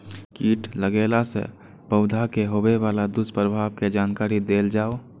कीट लगेला से पौधा के होबे वाला दुष्प्रभाव के जानकारी देल जाऊ?